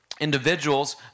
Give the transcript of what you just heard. individuals